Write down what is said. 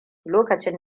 lokacin